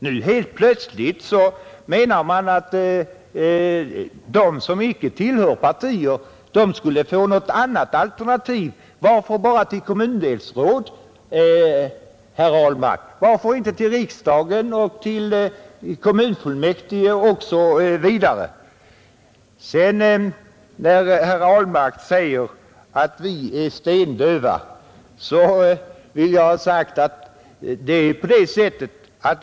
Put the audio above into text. Nu hävdas det plötsligt att de som inte tillhör partier skulle få något annat alternativ. Varför bara till kommundelsråd, herr Ahlmark? Varför inte till riksdagen, till kommunfullmäktige osv.? Herr Ahlmark sade att vi är stendöva.